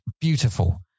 beautiful